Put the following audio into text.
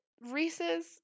Reese's